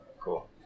Cool